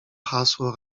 hasło